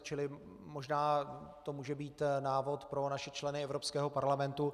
Čili možná to může být návod pro naše členy Evropského parlamentu.